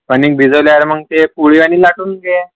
कणिक भिजवल्यावर मग ते पोळी आणि लाटून घे